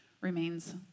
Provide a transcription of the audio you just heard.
remains